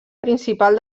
principal